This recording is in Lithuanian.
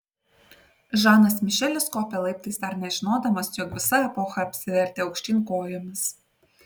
žanas mišelis kopė laiptais dar nežinodamas jog visa epocha apsivertė aukštyn kojomis